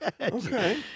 Okay